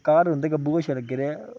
घर उं'दे गब्बू गोशें लग्गे दे हे